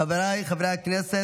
חוב' מ/1704).] חבריי חברי הכנסת,